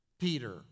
Peter